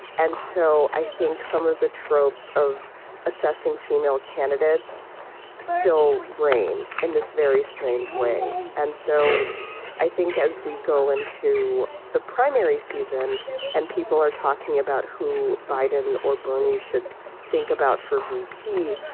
and so i think some of the tropes of assessing female candidates still brain in this very strange way. and so i think as we go into the primary season and people are talking about who biden or bernie should think about for v p,